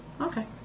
Okay